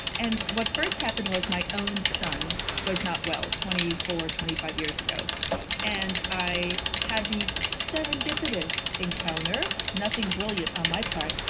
and what first happened was my own son was not well, twenty four twenty five years ago and i had the serendipitous encounter, nothing brilliant on my part,